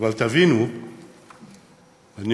אבל תבינו,